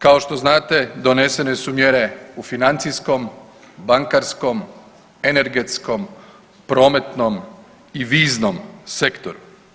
Kao što znate donesene su mjere u financijskom, bankarskom, energetskom, prometnom i viznom sektoru.